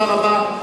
תודה רבה.